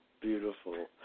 beautiful